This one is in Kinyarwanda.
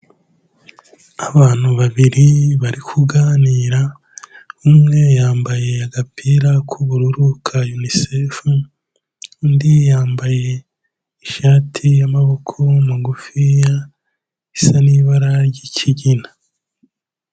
Abantu babiri bari kuganira, umwe yambaye agapira k'ubururu ka Unicef, undi yambaye ishati y'amaboko magufiya isa n'ibara ry'ikigina.